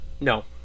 No